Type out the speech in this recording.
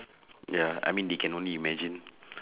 ya I mean they can only imagine